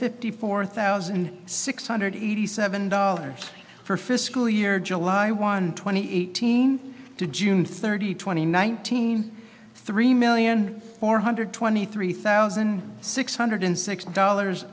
fifty four thousand six hundred eighty seven dollars for fiscal year july one twenty eighteen to june thirty twenty nineteen three million four hundred twenty three thousand six hundred six dollars